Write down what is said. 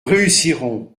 réussirons